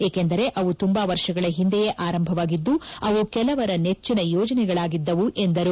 ಏಕೆಂದರೆ ಅವು ತುಂಬಾ ವರ್ಷಗಳ ಹಿಂದೆಯೇ ಆರಂಭವಾಗಿದ್ದು ಅವು ಕೆಲವರ ನೆಚ್ಚಿನ ಯೋಜನೆಗಳಾಗಿದ್ದವು ಎಂದರು